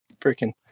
Freaking